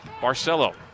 Barcelo